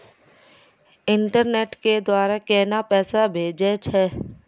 Internet के द्वारा केना पैसा भेजय छै?